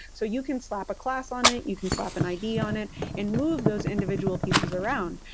so you can slap a class on it, you can slap an idea on it and move those individual pieces around.